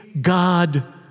God